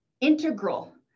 integral